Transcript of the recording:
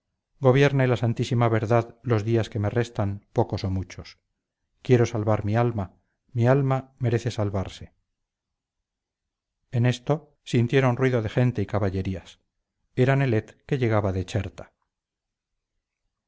marcela gobierne la santísima verdad los días que me restan pocos o muchos quiero salvar mi alma mi alma merece salvarse en esto sintieron ruido de gente y caballerías era nelet que llegaba de cherta